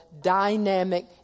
dynamic